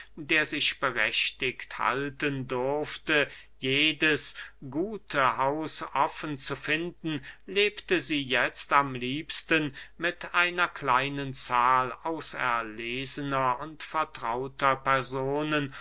der sich berechtigt halten durfte jedes gute haus offen zu finden lebte sie jetzt am liebsten mit einer kleinen zahl auserlesener und vertrauter personen